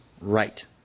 right